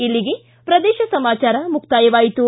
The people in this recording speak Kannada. ಇಲ್ಲಿಗೆ ಪ್ರದೇಶ ಸಮಾಚಾರ ಮುಕ್ತಾಯವಾಯಿತು